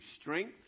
strength